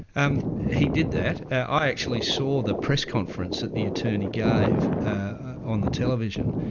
and he did that. i actually saw the press conference that the attorney gave ah on the television,